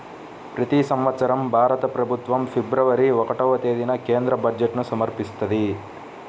ప్రతి సంవత్సరం భారత ప్రభుత్వం ఫిబ్రవరి ఒకటవ తేదీన కేంద్ర బడ్జెట్ను సమర్పిస్తది